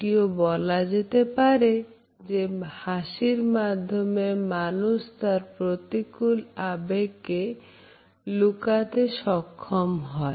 এটাও বলা যেতে পারে যে হাসির মাধ্যমে মানুষ তার প্রতিকূল আবেগকে লুকাতে সক্ষম হয়